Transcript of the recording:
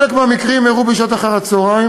חלק מהמקרים אירעו בשעות אחר-הצהריים,